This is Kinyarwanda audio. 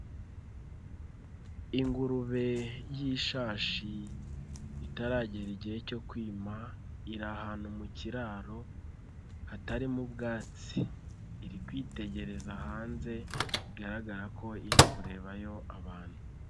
Ingurube y'ishashi itaragera igihe cyo kwima, iri ahantu mu kiraro hatarimo ubwatsi, iri kwitegereza hanze bigaragara ko iri kurebayo abantu.